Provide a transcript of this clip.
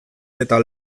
eta